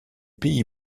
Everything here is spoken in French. pays